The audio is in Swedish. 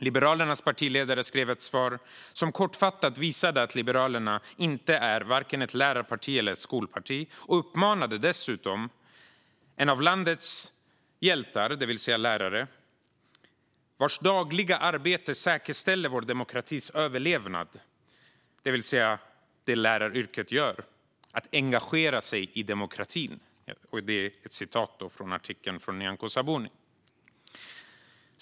Liberalernas partiledare skrev ett svar som kortfattat visade att Liberalerna varken är ett lärarparti eller ett skolparti. Hon uppmanade dessutom en av landets hjältar, det vill säga lärare, vars dagliga arbete säkerställer vår demokratis överlevnad, det vill säga det läraryrket gör, att engagera sig i demokratin. Det är vad Nyamko Sabuni sa i en artikel.